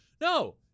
No